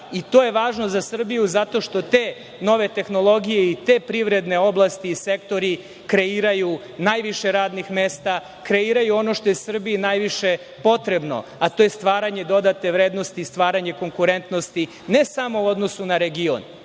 To je važno za Srbiju zato što te nove tehnologije i te privredne oblasti i sektori kreiraju najviše radnih mesta, kreiraju ono što je Srbiji najviše potrebno, a to je stvaranje dodatne vrednosti, stvaranje konkurentnosti, ne samo u odnosu na region. Mi